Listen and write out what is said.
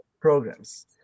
programs